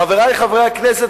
חברי חברי הכנסת,